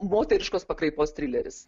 moteriškos pakraipos trileris